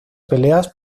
peleas